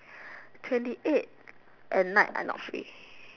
twenty eight at night I not free